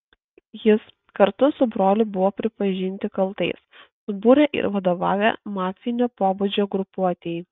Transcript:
jis kartu su broliu buvo pripažinti kaltais subūrę ir vadovavę mafinio pobūdžio grupuotei